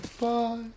bye